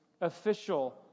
official